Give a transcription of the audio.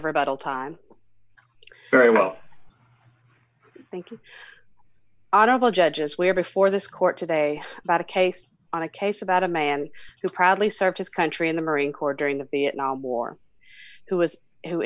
rebuttal time very well thank you honorable judges we are before this court today about a case on a case about a man who proudly served his country in the marine corps during the vietnam war who was who